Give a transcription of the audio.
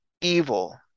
evil